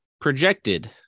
projected